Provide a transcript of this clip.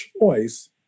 choice